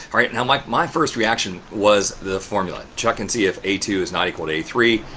right? now mike, my first reaction was the formula. check and see if a two is not equal to a three,